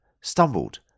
stumbled